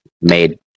made